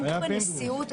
היה פינדרוס.